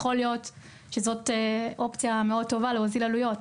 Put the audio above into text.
יכול להיות שזאת אופציה טובה להוזלת עלויות.